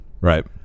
Right